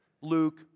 Luke